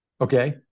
okay